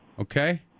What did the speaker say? Okay